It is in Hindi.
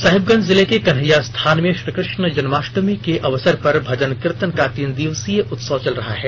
साहिबगंज जिले के कन्हैयास्थान मे श्रीकृष्ण जन्माष्टमी के अवसर पर भजन कीर्तन का तीन दिवसीय उत्सव चल रहा है